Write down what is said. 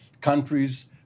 countries